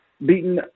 beaten